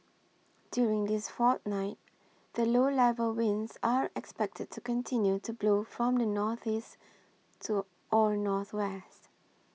during this fortnight the low level winds are expected to continue to blow from the northeast to or northwest